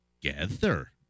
together